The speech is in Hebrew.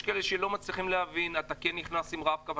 יש כאלה שלא מצליחים להבין אתה כן נכנס עם רב-קו,